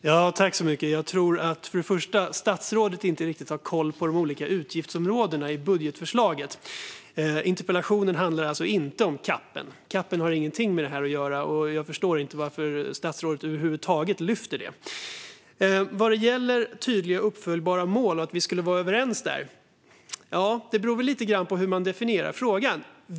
Fru talman! Först och främst tror jag att statsrådet inte riktigt har koll på de olika utgiftsområdena i budgetförslaget. Interpellationen handlar alltså inte om CAP. CAP har ingenting med det här att göra, och jag förstår inte varför statsrådet över huvud taget tar upp den. Vad gäller tydliga och uppföljbara mål och att vi skulle vara överens på den punkten beror det väl lite grann på hur man definierar frågan.